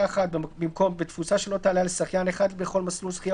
(1) במקום "בתפוסה שלא תעלה על שחיין אחד בכל מסלול שחייה